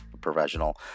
professional